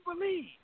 believe